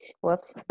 whoops